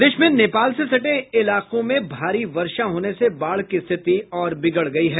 प्रदेश में नेपाल से सटे इलाकों में भारी वर्षा होने से बाढ़ की स्थिति और बिगड़ गई है